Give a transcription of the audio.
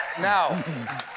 Now